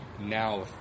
now